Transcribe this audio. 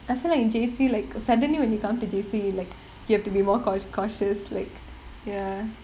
I feel like J_C like suddenly when you come to the J_C like you have to be more cau~ cautious like ya